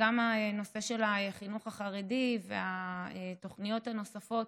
גם הנושא של החינוך החרדי והתוכניות הנוספות,